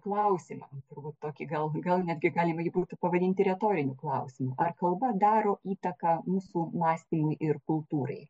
klausimą turbūt tokį gal gal netgi galima jį būtų pavadinti retoriniu klausimu ar kalba daro įtaką mūsų mąstymui ir kultūrai